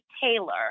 Taylor